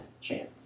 chance